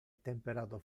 temperato